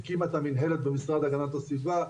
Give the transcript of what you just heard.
הקימה את המנהלת במשרד להגנת הסביבה,